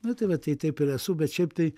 nu tai va tai taip ir esu bet šiaip tai